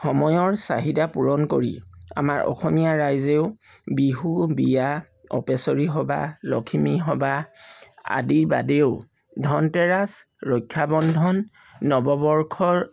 সময়ৰ চাহিদা পূৰণ কৰি আমাৰ অসমীয়া ৰাইজেও বিহু বিয়া অপেছৰী সবাহ লখিমী সবাহ আদিৰ বাদেও ধন তেৰাছ ৰক্ষাবন্ধন নৱবৰ্ষৰ